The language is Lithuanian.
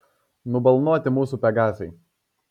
nubalnoti mūsų pegasai